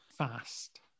fast